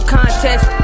contest